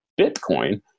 Bitcoin